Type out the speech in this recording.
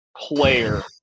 player